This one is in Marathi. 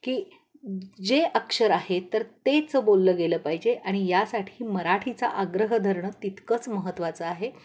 की जे अक्षर आहे तर तेच बोललं गेलं पाहिजे आणि यासाठी मराठीचा आग्रह धरणं तितकंच महत्त्वाचं आहे